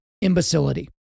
imbecility